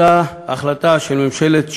אותה החלטה של ממשלת שרון,